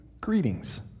greetings